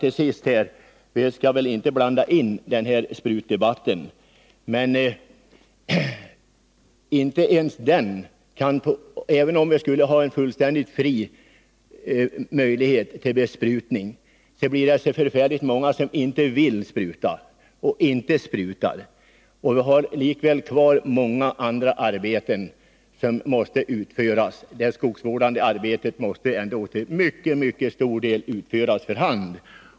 Vi skall väl inte nu ta upp någon sprutdebatt, men även om det vore fritt fram för besprutningarna är det många som inte vill bespruta skogen. Många skogsvårdande arbetsuppgifter måste dessutom utföras för hand.